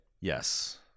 Yes